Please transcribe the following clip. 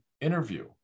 interview